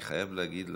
אני חייב להגיד לך,